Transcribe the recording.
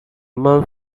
month